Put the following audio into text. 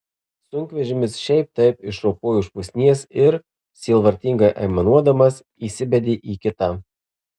sunkvežimis šiaip taip išropojo iš pusnies ir sielvartingai aimanuodamas įsibedė į kitą